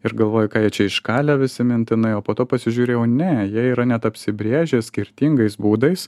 ir galvoji ką jie čia iškalę visi mintinai o po to pasižiūrėjau ne jie yra net apsibrėžę skirtingais būdais